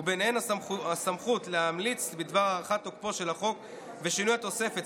וביניהן הסמכות להמליץ בדבר הארכת תוקפו של החוק ושינוי התוספת,